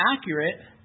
accurate